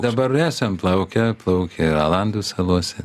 dabar esam plaukę plaukę ir alandų salose